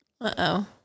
uh-oh